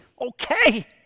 okay